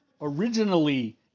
originally